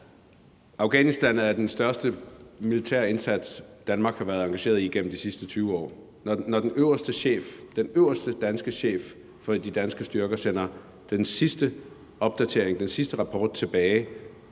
Afghanistan er den største militære indsats, Danmark har været engageret i gennem de sidste 20 år. Når den øverste danske chef for de danske styrker sender den sidste rapport tilbage